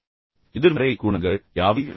அந்த எதிர்மறை குணங்கள் யாவை